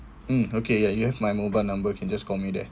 mm okay ya you have my mobile number can just call me there